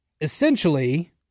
essentially